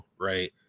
right